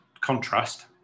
contrast